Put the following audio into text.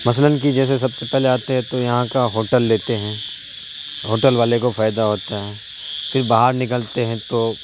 مثلاً کہ جیسے سب سے پہلے آتے ہیں تو یہاں کا ہوٹل لیتے ہیں ہوٹل والے کو فائدہ ہوتا ہے پھر باہر نکلتے ہیں تو